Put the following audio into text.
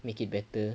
make it better